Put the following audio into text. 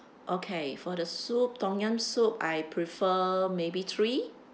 okay for the soup tom yum soup I prefer maybe three